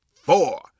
four